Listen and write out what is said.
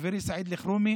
חברי סעיד אלחרומי,